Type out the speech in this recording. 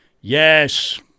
Yes